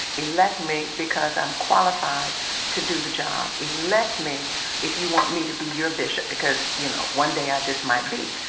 elect me because i'm qualified to do the job. elect me if you want me to be your bishop, because, you know, one day i just might be.